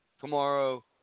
tomorrow